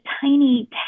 tiny